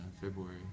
February